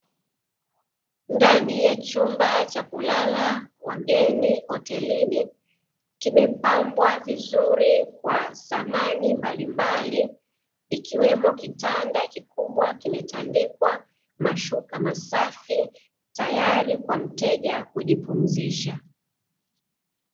Ndani ya chumba cha kulala wageni hotelini, kimepambwa vizuri kwa samani mbalimbali ikiwemo kitanda kikubwa kimetandikwa mashuka masafi, tayari kwa mteja kujipumzisha.